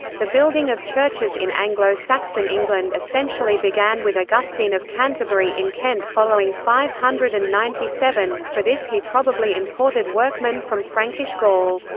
the building of churches in anglo-saxon england essentially began with augustine of canterbury in kent following five hundred and ninety seven for this he probably imported workmen from frankish gaul.